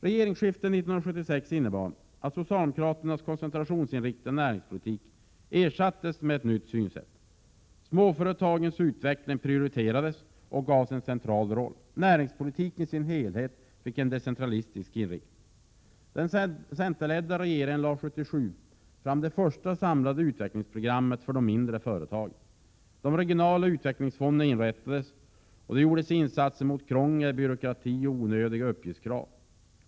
Regeringsskiftet 1976 innebar att socialdemokraternas koncentrationsinriktade näringspolitik ersattes med ett nytt synsätt. Småföretagens utveckling prioriterades och gavs en central roll. Näringspolitiken i sin helhet fick en decentralistisk inriktning. Den centerledda regeringen lade 1977 fram det första samlade utvecklingsprogrammet för de mindre företagen. De regionala utvecklingsfonderna inrättades. Insatserna mot krångel, byråkrati och onödiga uppgiftskrav påbörjades.